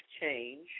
change